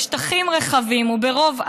בשטחים רחבים וברוב בעם,